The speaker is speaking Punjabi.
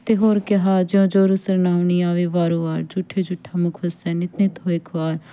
ਅਤੇ ਹੋਰ ਕਿਹਾ ਜੋ ਜੋ ਰੁਸਣ ਨਾਮ ਨੀ ਆਵੇ ਵਾਰੋ ਵਾਰ ਜੂਠੇ ਜੂਠਾ ਮੁਖ ਵਸੇ ਨਿਤ ਨਿਤ ਹੋਇ ਖੁਆਰ